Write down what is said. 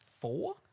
four